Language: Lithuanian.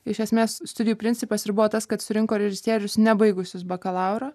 iš esmės studijų principas ir buvo tas kad surinko režisierius nebaigusius bakalauro